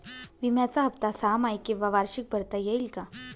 विम्याचा हफ्ता सहामाही किंवा वार्षिक भरता येईल का?